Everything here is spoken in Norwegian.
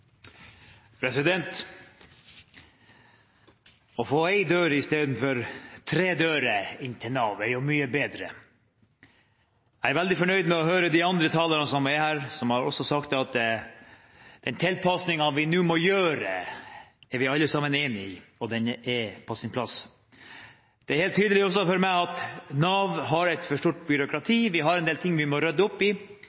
Å få én dør istedenfor tre dører inn til Nav er jo mye bedre. Jeg er veldig fornøyd med å høre de andre talerne som er her, som også har sagt at den tilpasningen vi nå må gjøre, er vi alle sammen enig i, og den er på sin plass. Det er helt tydelig også for meg at Nav har et for stort byråkrati.